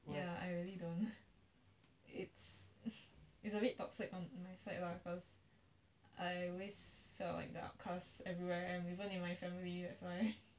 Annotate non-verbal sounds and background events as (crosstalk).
I really don't it's (laughs) it's a bit toxic on my side lah cause I always felt like that cause everywhere even in my family that's why